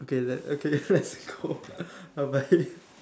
okay le~ okay let's go bye bye